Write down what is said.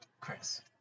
Chris